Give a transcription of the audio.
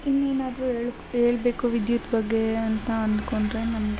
ಇನ್ನೇನಾದರೂ ಏಳ್ಕ್ ಹೇಳ್ಬೇಕು ವಿದ್ಯುತ್ ಬಗ್ಗೆ ಅಂತ ಅಂದ್ಕೊಂಡ್ರೆ ನಮಗೆ